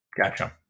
Gotcha